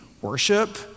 Worship